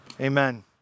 Amen